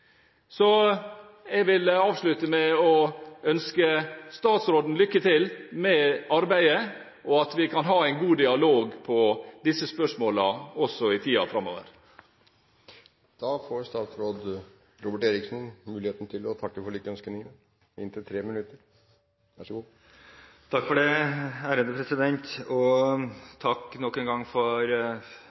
Jeg vil avslutte med å ønske statsråden lykke til med arbeidet og at vi kan ha en god dialog om disse spørsmålene også i tiden framover. Takk nok en gang til interpellanten for å reise en viktig debatt om en viktig sektor – en viktig bransje – i vårt næringsliv og arbeidsliv. Takk